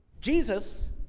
Jesus